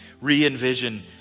re-envision